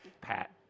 Pat